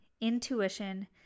intuition